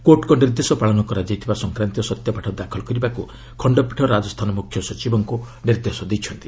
କୋର୍ଟଙ୍କ ନିର୍ଦ୍ଦେଶ ପାଳନ କରାଯାଇଥିବା ସଂକ୍ରାନ୍ତୀୟ ସତ୍ୟପାଠ ଦାଖଲ କରିବା ପାଇଁ ଖଣ୍ଡପୀଠ ରାଜସ୍ଥାନ ମୁଖ୍ୟ ସଚିବଙ୍କୁ ନିର୍ଦ୍ଦେଶ ଦେଇଛନ୍ତି